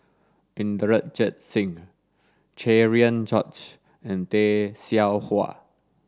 Inderjit Singh Cherian George and Tay Seow Huah